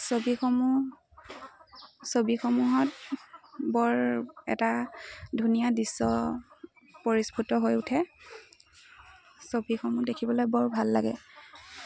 ছবিসমূহ ছবিসমূহত বৰ এটা ধুনীয়া দৃশ্য পৰিস্ফুত হৈ উঠে ছবিসমূহ দেখিবলৈ বৰ ভাল লাগে